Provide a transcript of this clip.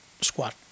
squad